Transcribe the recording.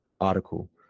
article